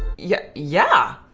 yeah yeah,